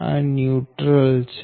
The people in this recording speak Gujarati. આ ન્યુટ્રલ છે